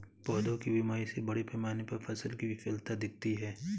पौधों की बीमारी से बड़े पैमाने पर फसल की विफलता दिखती है